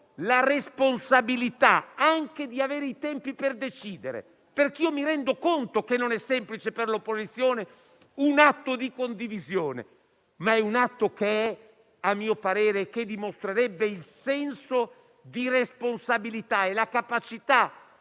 la responsabilità anche di avere i tempi per decidere. Mi rendo conto che non è semplice per l'opposizione un atto di condivisione, ma è un atto che - a mio parere - dimostrerebbe il senso di responsabilità e la capacità